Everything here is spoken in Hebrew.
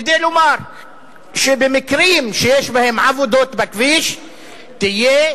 כדי לומר שבמקרים שיש בהם עבודות בכביש תהיה